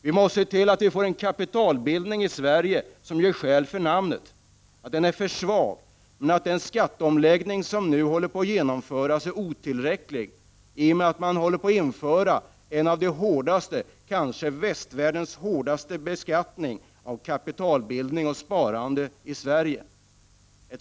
Vi måste se till att vi i Sverige får en kapitalbildning som gör skäl för namnet. Den skatteomläggning som nu håller på att genomföras är otillräcklig. Skatteomläggningen kommer att medföra att vi i Sverige får kanske västvärldens hårdaste beskattning av kapitalbildning och sparande.